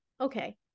okay